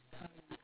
ah ya